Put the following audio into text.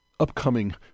upcoming